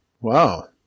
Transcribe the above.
wow